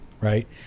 right